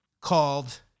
called